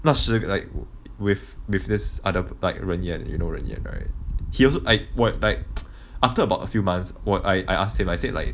那时 like w~ with with this other ren yen like you know ren yen right he also I 我 like after about a few months 我 I I asked him I said like